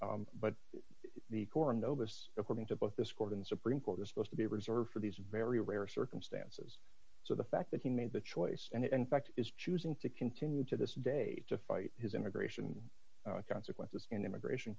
notice according to both this court and supreme court is supposed to be reserved for these very rare circumstances so the fact that he made the choice and in fact is choosing to continue to this day to fight his immigration consequences in immigration